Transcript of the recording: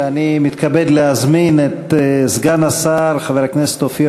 ואני מתכבד להזמין את סגן השר חבר הכנסת אופיר